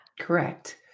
Correct